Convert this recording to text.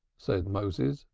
said moses,